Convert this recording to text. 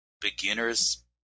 beginners